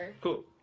Cool